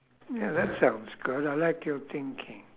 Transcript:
ya that sounds good I like your thinking